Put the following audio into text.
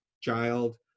child